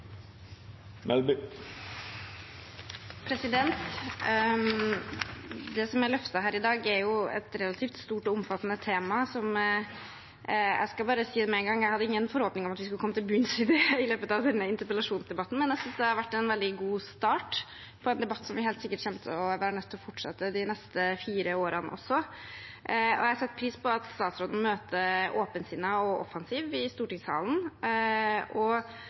Det som er løftet her i dag, er et relativt stort og omfattende tema, og jeg vil bare si med en gang at jeg ikke hadde noen forhåpninger om at vi skulle komme til bunns i det i løpet av denne interpellasjonsdebatten. Men jeg synes det har vært en veldig god start på en debatt som vi helt sikkert kommer til å være nødt til å fortsette de neste fire årene også. Jeg setter pris på at statsråden møter åpensinnet og offensiv i stortingssalen, og